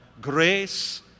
grace